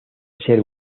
ser